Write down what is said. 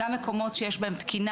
גם מקומות שיש בהם תקינה,